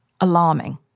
alarming